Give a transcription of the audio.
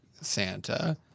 Santa